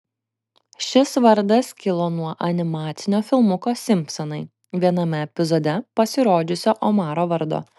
šis vardas kilo nuo animacinio filmuko simpsonai viename epizode pasirodžiusio omaro vardo